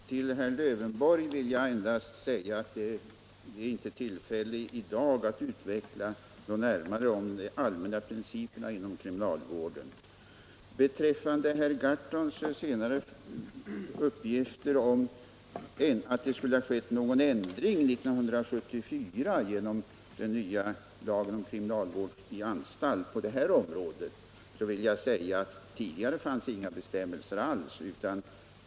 Herr talman! Till herr Lövenborg vill jag endast säga att det inte i dag är tillfälle att närmare utveckla de allmänna principerna inom kriminalvården. Herr Gahrton uppger att det skulle ha skett någon ändring på det här området 1974 genom den nya lagen om kriminalvård i anstalt. Nej, tidigare fanns inga bestämmelser alls.